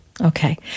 Okay